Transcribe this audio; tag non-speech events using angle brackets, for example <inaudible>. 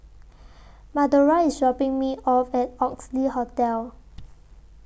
<noise> Madora IS dropping Me off At Oxley Hotel